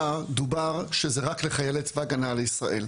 דובר שזה רק לחיילי צבא הגנה לישראל.